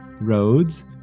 roads